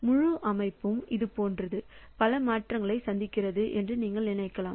முழு அமைப்பும் இது போன்ற பல மாற்றங்களைச் சந்திக்கிறது என்று நீங்கள் நினைக்கலாம்